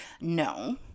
No